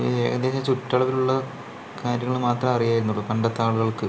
ഒരു ഏകദേശ ചുറ്റളവിലുള്ള കാര്യങ്ങള് മാത്രമെ അറിയായിരുന്നുള്ളൂ പണ്ടത്തെ ആളുകൾക്ക്